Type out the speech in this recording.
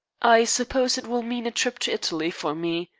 i suppose it will mean a trip to italy for me.